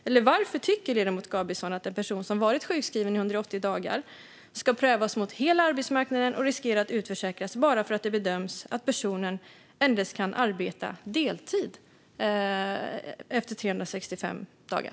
Eller varför tycker ledamoten Gabrielsson att en person som har varit sjukskriven i 180 dagar ska prövas mot hela arbetsmarknaden och riskera att utförsäkras bara för att det bedöms som att personen endast kan arbeta deltid efter 365 dagar?